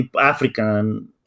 African